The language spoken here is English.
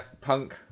punk